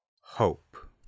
hope